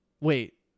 Wait